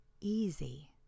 easy